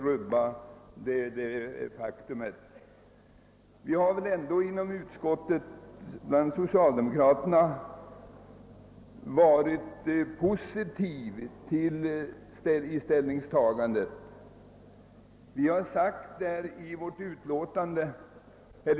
Socialdemokraterna inom utskottet har ställt sig positivt avvaktande till motionernas yrkanden.